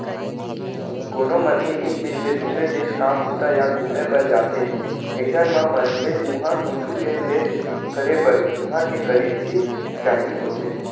कोनो मनसे एक देस ले दुसर देस काम बूता या घुमे बर जाथे अइसन म मनसे उहाँ कुछु लेन देन करे बर उहां के करेंसी चाही होथे